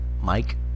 Mike